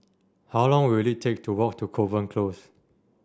how long will it take to walk to Kovan Close